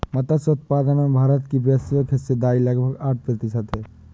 मत्स्य उत्पादन में भारत की वैश्विक हिस्सेदारी लगभग आठ प्रतिशत है